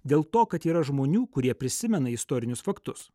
dėl to kad yra žmonių kurie prisimena istorinius faktus